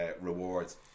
rewards